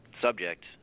subject